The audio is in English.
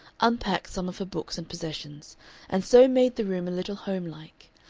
unpacked some of her books and possessions and so made the room a little homelike,